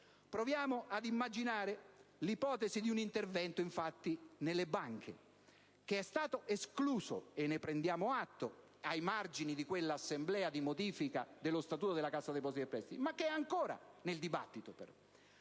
Proviamo a immaginare l'ipotesi di un intervento nelle banche, che è stato escluso ‑ ne prendiamo atto ‑ ai margini dell'assemblea per la modifica dello Statuto della Cassa depositi e prestiti, ma che è ancora presente nel dibattito.